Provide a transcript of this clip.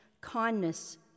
kindness